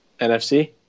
NFC